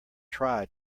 try